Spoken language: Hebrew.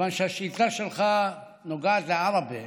כיוון שהשאילתה שלך נוגעת לעראבה,